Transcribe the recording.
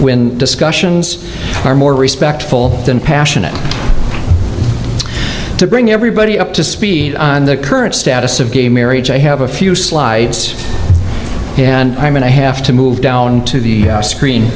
when discussions are more respectful and passionate to bring everybody up to speed on the current status of gay marriage i have a few slides and i'm going to have to move on to the screen